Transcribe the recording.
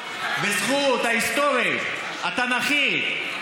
בזכות ההיסטורית התנ"כית.